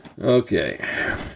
Okay